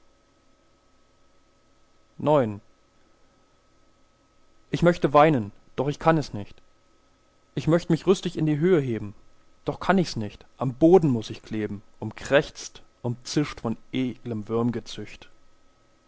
ich möchte weinen doch ich kann es nicht ich möcht mich rüstig in die höhe heben doch kann ich's nicht am boden muß ich kleben umkrächzt umzischt von